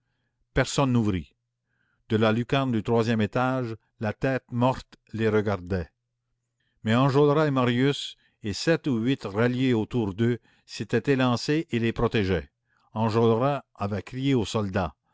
personne n'ouvrit de la lucarne du troisième étage la tête morte les regardait mais enjolras et marius et sept ou huit ralliés autour d'eux s'étaient élancés et les protégeaient enjolras avait crié aux soldats